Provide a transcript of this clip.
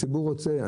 הציבור רוצה,